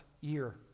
year